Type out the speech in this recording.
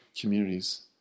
communities